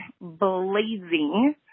blazing